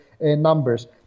numbers